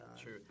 True